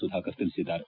ಸುಧಾಕರ್ ತಿಳಿಸಿದ್ದಾರೆ